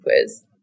quiz